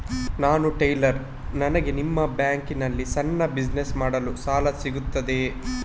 ನಾನು ಟೈಲರ್, ನನಗೆ ನಿಮ್ಮ ಬ್ಯಾಂಕ್ ನಲ್ಲಿ ಸಣ್ಣ ಬಿಸಿನೆಸ್ ಮಾಡಲು ಸಾಲ ಸಿಗುತ್ತದೆಯೇ?